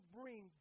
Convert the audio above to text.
bring